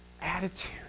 attitude